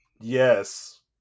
Yes